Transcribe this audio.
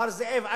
מר זאב אלקין,